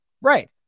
Right